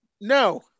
No